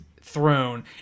throne